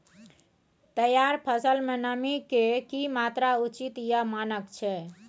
तैयार फसल में नमी के की मात्रा उचित या मानक छै?